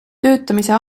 töötamise